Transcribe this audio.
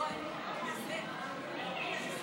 לוועדת הכלכלה נתקבלה.